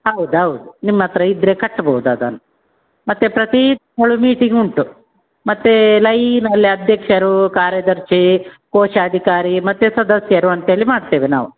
ಹೌದೌದ್ ನಿಮ್ಮತ್ತಿರ ಇದ್ದರೆ ಕಟ್ಬೋದು ಅದನ್ನು ಮತ್ತೆ ಪ್ರತಿ ತಿಂಗಳು ಮೀಟಿಂಗ್ ಉಂಟು ಮತ್ತೆ ಲೈನಲ್ಲಿ ಅಧ್ಯಕ್ಷರು ಕಾರ್ಯದರ್ಶಿ ಕೋಶಾಧಿಕಾರಿ ಮತ್ತೆ ಸದಸ್ಯರು ಅಂತೇಳಿ ಮಾಡ್ತೇವೆ ನಾವು